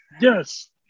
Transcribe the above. Yes